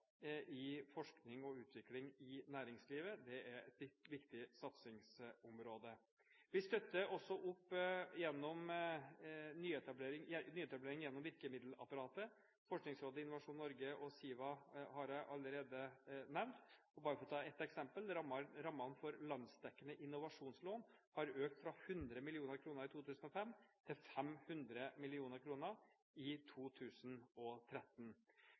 forskning og utvikling i næringslivet. Det er et viktig satsingsområde. Vi støtter også opp om nyetablering gjennom virkemiddelapparatet. Forskningsrådet, Innovasjon Norge og SIVA har jeg allerede nevnt, men bare for å ta ett eksempel har rammene for landsdekkende innovasjonslån økt fra 100 mill. kr i 2005 til 500 mill. kr i 2013.